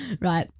Right